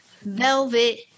velvet